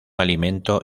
alimento